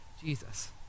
Jesus